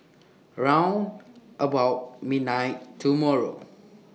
round about midnight tomorrow